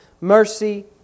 mercy